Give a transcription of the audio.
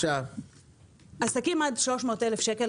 עסקים עד 30,000 שקל,